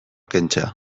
kentzea